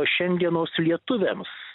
šiandienos lietuviams